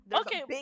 Okay